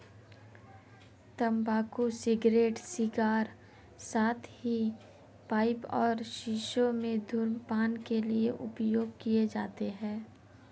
तंबाकू cigarette, cigar, साथ ही पाइप और शीशों में धूम्रपान के लिए उपयोग किए जाते हैं